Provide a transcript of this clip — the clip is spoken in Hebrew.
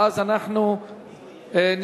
ואז אנחנו נשקול.